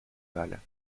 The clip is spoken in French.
pâle